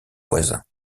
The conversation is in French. voisins